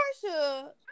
portia